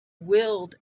willed